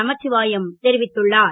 நமசிவாயம் தெரிவித்துள்ளார்